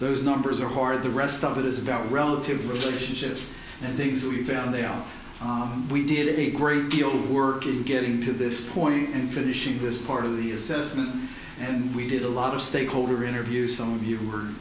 those numbers are hard the rest of it is about relative relationships and things we've found they are we did a great deal of work in getting to this point and finishing this part of the assessment and we did a lot of stakeholder interview some of you w